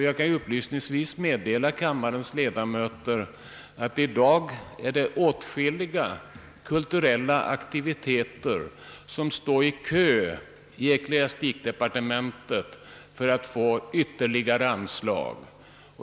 Jag kan upplysningsvis meddela kammarens ledamöter, att det i dag är åt skilliga kulturella aktiviteter som står i kö i ecklesiastikdepartementet för att få ytterligare stöd.